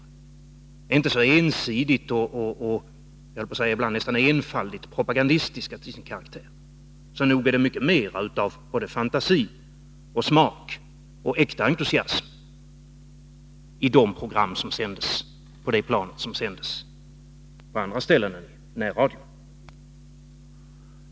De är inte så ensidiga och, höll jag på att säga, nästan enfaldigt propagandistiska till sin karaktär. Så nog är det mycket mer av såväl fantasi och smak som äkta entusiasm i de program på det planet som sänds på andra ställen i närradion.